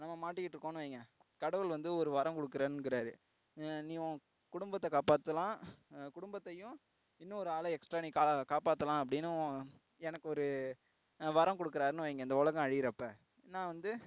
நம்ம மாட்டிக்கிட்டு இருக்கோம்ன்னு வைங்க கடவுள் வந்து ஒரு வரம் கொடுக்கறன்குறாரு நீ உன் குடும்பத்தை காப்பாற்றலாம் குடும்பத்தையும் இன்னொரு ஆளை எக்ஸ்ட்ரா நீ காப்பாற்றலாம் அப்படின்னு எனக்கு ஒரு வரம் கொடுக்கிறார்ன்னு வைங்க இந்த உலகம் அழியறப்போ நான் வந்து